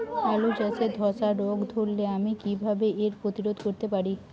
আলু চাষে ধসা রোগ ধরলে আমি কীভাবে এর প্রতিরোধ করতে পারি?